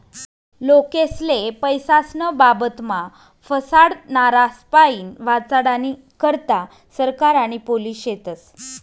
लोकेस्ले पैसास्नं बाबतमा फसाडनारास्पाईन वाचाडानी करता सरकार आणि पोलिस शेतस